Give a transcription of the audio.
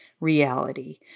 reality